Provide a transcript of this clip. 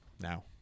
now